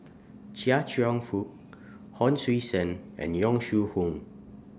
Chia Cheong Fook Hon Sui Sen and Yong Shu Hoong